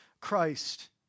Christ